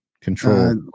Control